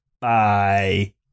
bye